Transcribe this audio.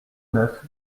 neuf